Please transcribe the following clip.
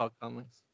Comics